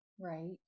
right